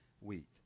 wheat